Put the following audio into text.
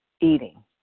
eating